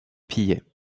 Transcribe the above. pillé